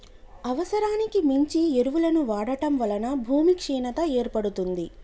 అవసరానికి మించి ఎరువులను వాడటం వలన భూమి క్షీణత ఏర్పడుతుంది